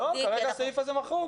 לא, כרגע הסעיף הזה מחוק.